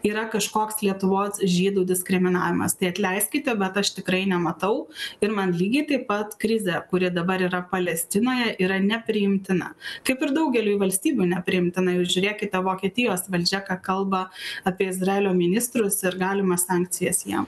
yra kažkoks lietuvos žydų diskriminavimas tai atleiskite bet aš tikrai nematau ir man lygiai taip pat krizė kuri dabar yra palestinoje yra nepriimtina kaip ir daugeliui valstybių nepriimtina jau žiūrėkite vokietijos valdžia ką kalba apie izraelio ministrus ir galimas sankcijas jiem